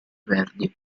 verdi